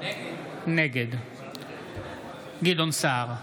נגד גדעון סער,